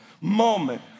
moment